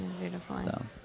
Beautiful